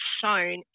shown